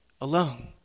alone